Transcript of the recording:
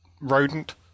rodent